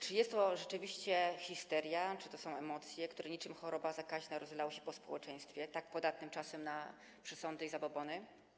Czy jest to rzeczywiście histeria, czy to są emocje, które niczym choroba zakaźna rozlały się po społeczeństwie tak podatnym czasem na przesądy i zabobony?